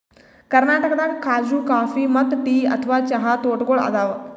ಕರ್ನಾಟಕದಾಗ್ ಖಾಜೂ ಕಾಫಿ ಮತ್ತ್ ಟೀ ಅಥವಾ ಚಹಾ ತೋಟಗೋಳ್ ಅದಾವ